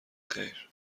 خیر